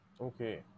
okay